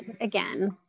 again